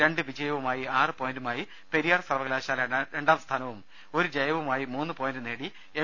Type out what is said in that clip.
രണ്ട് വിജയവുമായി ആറ് പോയിന്റുമായി പെരിയാർ സർവകലാശാല രണ്ടാംസ്ഥാനവും ഒരു ജയവുമായി മൂന്ന് പോയിന്റ്നേടി എം